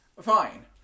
Fine